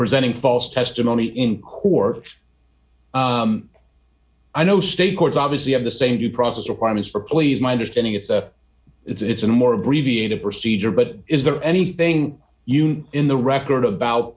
presenting false testimony in court i know state courts obviously have the same due process requirements for please my understanding it's a it's a more abbreviated procedure but is there anything you in the record about